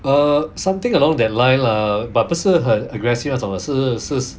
err something along that line lah but 不是很 aggressive 的那种是是